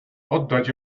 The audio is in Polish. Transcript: oddać